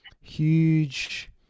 huge